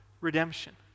redemption